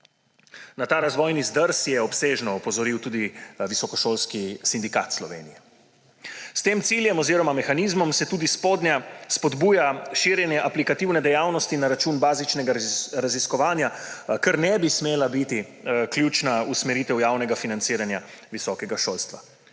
Na ta razvojni zdrs je obsežno opozoril tudi Visokošolski sindikat Slovenije. S tem ciljem oziroma mehanizmom se tudi spodbuja širjenje aplikativne dejavnosti na račun bazičnega raziskovanja, kar ne bi smela biti ključna usmeritev javnega financiranja visokega šolstva.